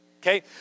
okay